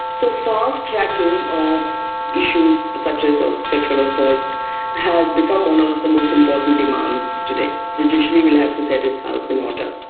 so fast-tracking of issues such as of sexual assault has become one of the most important demands today. the judiciary will have to set its house in order.